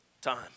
time